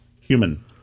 Human